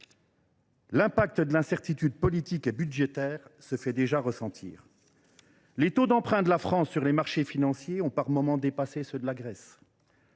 Les effets de l’incertitude politique et budgétaire se font déjà ressentir. Les taux d’emprunt de la France sur les marchés financiers ont plusieurs fois dépassé ceux de la Grèce.